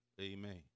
Amen